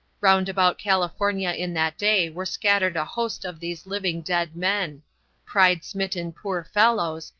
round about california in that day were scattered a host of these living dead men pride-smitten poor fellows,